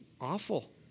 awful